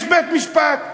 יש בית-משפט,